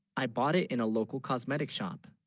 i bought it in a local cosmetic shop